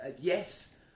Yes